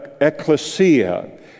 ecclesia